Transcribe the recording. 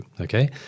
okay